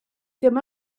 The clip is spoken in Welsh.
ddim